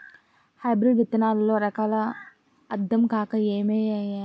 hybrid విత్తనాల్లో రకాలు అద్దం కాక ఏమి ఎయ్యాలో తెలీని సమయాలున్నాయి